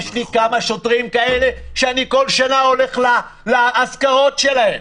יש לי כמה שוטרים כאלה שאני כל שנה הולך לאזכרות שלהם.